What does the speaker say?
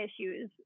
issues